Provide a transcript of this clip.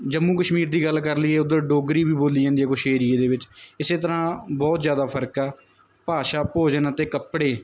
ਜੰਮੂ ਕਸ਼ਮੀਰ ਦੀ ਗੱਲ ਕਰ ਲਈਏ ਉੱਧਰ ਡੋਗਰੀ ਵੀ ਬੋਲੀ ਜਾਂਦੀ ਹੈ ਕੁਛ ਏਰੀਏ ਦੇ ਵਿੱਚ ਇਸੇ ਤਰ੍ਹਾਂ ਬਹੁਤ ਜ਼ਿਆਦਾ ਫਰਕ ਆ ਭਾਸ਼ਾ ਭੋਜਨ ਅਤੇ ਕੱਪੜੇ